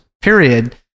period